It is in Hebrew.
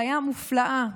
חיה מופלאה,